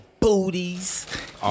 Booties